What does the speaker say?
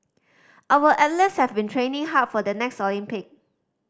our athletes have been training hard for the next Olympic